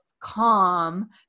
Calm